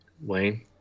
Wayne